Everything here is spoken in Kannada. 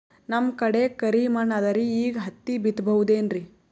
ನಮ್ ಕಡೆ ಕರಿ ಮಣ್ಣು ಅದರಿ, ಈಗ ಹತ್ತಿ ಬಿತ್ತಬಹುದು ಏನ್ರೀ?